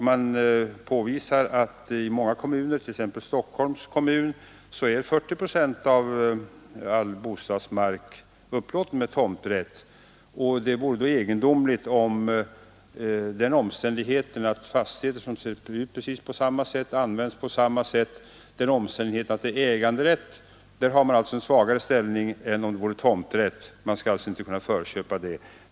Man påvisar att i många kommuner, t.ex. Stockholms kommun, är 40 procent av all bostadsmark upplåten med tomträtt, och det vore då egendomligt om fastigheter som ser ut på precis samma sätt och används på samma sätt skall ha svagare ställning om det är fråga om äganderätt än om det är fråga om tomträtt och att man i det förstnämnda fallet inte skall kunna förköpa marken.